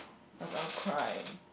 I'll I'll cry